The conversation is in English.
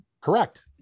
Correct